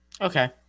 Okay